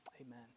Amen